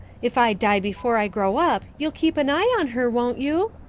if i die before i grow up you'll keep an eye on her, won't you?